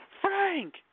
Frank